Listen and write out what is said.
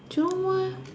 Jurong West